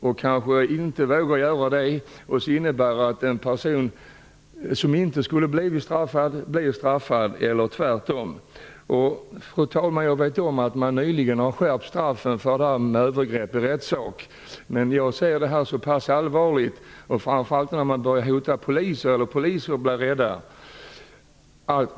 De kanske inte vågar berätta, vilket kan innebära att en person som inte skulle ha blivit straffad blir straffad eller tvärtom. Fru talman! Jag vet att man nyligen har skärpt straffen för övergrepp i rättssak. Jag ser dock allvarligt på detta, framför allt när poliser hotas och blir rädda.